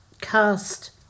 cast